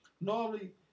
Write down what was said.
Normally